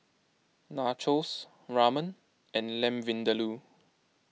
Nachos Ramen and Lamb Vindaloo